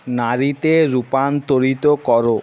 নারীতে রূপান্তরিত করো